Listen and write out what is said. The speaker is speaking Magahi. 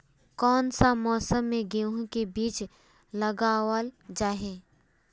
कोन सा मौसम में गेंहू के बीज लगावल जाय है